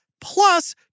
plus